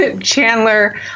Chandler